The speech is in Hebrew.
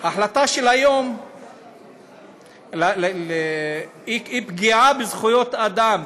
ההחלטה של היום היא פגיעה בזכויות אנשים,